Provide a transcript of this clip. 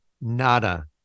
nada